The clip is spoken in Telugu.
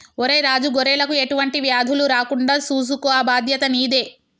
ఒరై రాజు గొర్రెలకు ఎటువంటి వ్యాధులు రాకుండా సూసుకో ఆ బాధ్యత నీదే